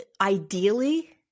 ideally